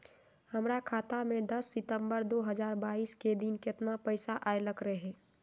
हमरा खाता में दस सितंबर दो हजार बाईस के दिन केतना पैसा अयलक रहे?